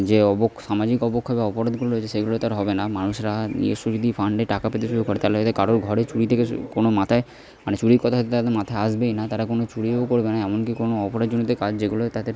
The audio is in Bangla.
যে অবক্ষ সামাজিক অবক্ষয় বা অপরাধগুলো রয়েছে সেগুলো হয়তো আর হবে না মানুষরা নিজস্ব যদি ফান্ডে টাকা পেতে শুরু করে তাহলে হয়তো কারো ঘরে চুরি থেকে শু কোনো মাথায় মানে চুরির কথা হয়তো তাদের মাথায় আসবেই না তারা কোনো চুরিও করবে না এমনকি কোনো অপরাধজনিত কাজ যেগুলো